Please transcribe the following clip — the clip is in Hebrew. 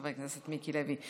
חבר הכנסת מיקי לוי.